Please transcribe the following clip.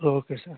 okay sir